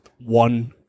One